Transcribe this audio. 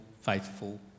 faithful